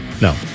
no